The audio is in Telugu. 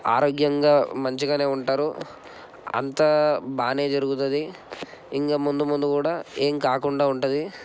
ఆరోగ్యంగా మంచిగా ఉంటారు అంతా బాగా జరుగుతుంది ఇంకా ముందు ముందు కూడా ఏం కాకుండా ఉంటుంది